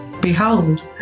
Behold